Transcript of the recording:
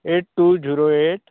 eight two zero eight